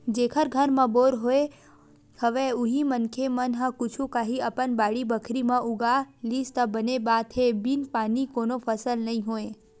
जेखर घर म बोर होय हवय उही मनखे मन ह कुछु काही अपन बाड़ी बखरी म उगा लिस त बने बात हे बिन पानी कोनो फसल नइ होय